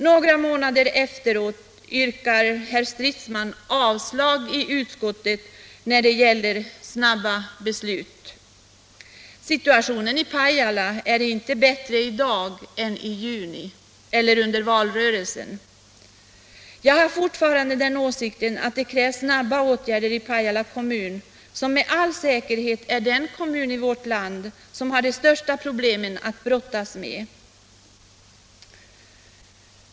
Några månader senare yrkar herr Stridsman avslag i utskottet när det gäller snabba beslut. Situationen i Pajala är inte bättre i dag än i juni eller under valrörelsen. Jag har fortfarande den åsikten att det krävs snabba åtgärder i Pajala kommun, som med all säkerhet är den kommun i vårt land som har de största problemen att brottas med.